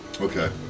okay